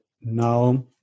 now